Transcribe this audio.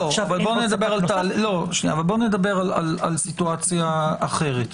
בוא נדבר על סיטואציה אחרת.